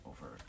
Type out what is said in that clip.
over